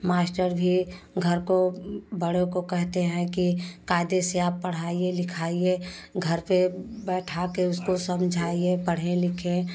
master भी घर को बड़ों को कहते हैं कि कायदे से आप पढ़ाइए लिखाइए घर पर बैठाकर उसको समझाइए पढ़ें लिखे